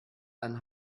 seinen